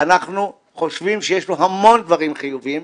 אנחנו חושבים שיש לו המון דברים חיוביים,